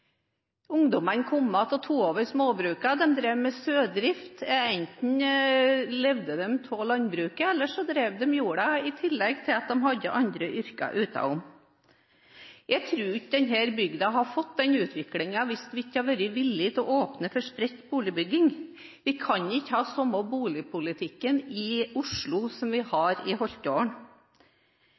Ungdommene kom tilbake og tok over småbrukene, de drev med sauedrift. Enten levde de av landbruket, eller så drev de jorda i tillegg til at de hadde andre yrker utenom. Jeg tror ikke denne bygda hadde fått den utviklingen hvis vi ikke hadde vært villige til å åpne for spredt boligbygging. Vi kan ikke ha samme boligpolitikken i Oslo som vi har i Holtålen.